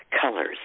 colors